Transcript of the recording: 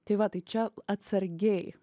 tai va tai čia atsargiai